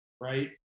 right